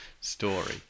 story